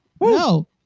no